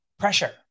Pressure